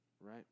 Right